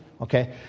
Okay